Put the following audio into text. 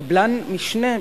קבלן משנה,